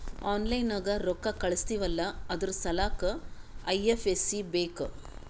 online ನಾಗ್ ರೊಕ್ಕಾ ಕಳುಸ್ತಿವ್ ಅಲ್ಲಾ ಅದುರ್ ಸಲ್ಲಾಕ್ ಐ.ಎಫ್.ಎಸ್.ಸಿ ಬೇಕ್